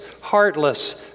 heartless